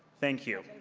thank you.